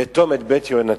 לאטום את "בית יהונתן"